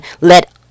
let